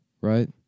Right